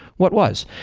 what was?